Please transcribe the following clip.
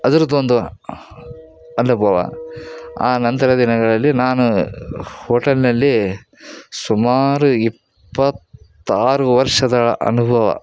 ಅದರ್ದು ಒಂದು ಅನುಭವ ಆ ನಂತರ ದಿನಗಳಲ್ಲಿ ನಾನು ಹೋಟಲ್ನಲ್ಲಿ ಸುಮಾರು ಇಪ್ಪತ್ತಾರು ವರ್ಷದ ಅನುಭವ